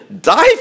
die